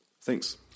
Thanks